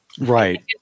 Right